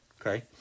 okay